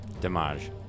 Damage